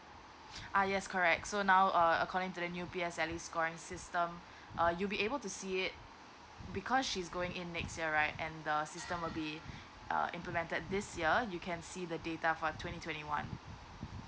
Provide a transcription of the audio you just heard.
ah yes correct so now err according to the new P_S_L_E scoring system uh you'll be able to see it because she's going in next year right and the system will be uh implemented this year you can see the data for twenty twenty one